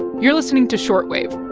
you're listening to short wave